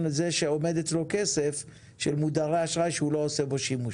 זה שעומד אצלו כסף של מודרי אשראי שהוא לא עושה בו שימוש.